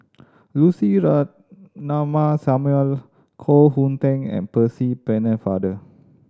Lucy Ratnammah Samuel Koh Hoon Teck and Percy Pennefather